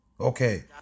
Okay